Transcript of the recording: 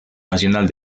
nacional